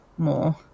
More